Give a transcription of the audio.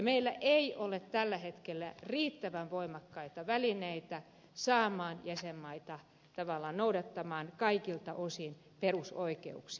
meillä ei ole tällä hetkellä riittävän voimakkaita välineitä saada jäsenmaita tavallaan noudattamaan kaikilta osin perusoikeuksia